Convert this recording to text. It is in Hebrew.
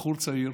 בחור צעיר